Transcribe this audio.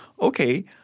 Okay